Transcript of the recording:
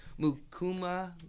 Mukuma